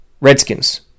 Redskins